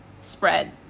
spread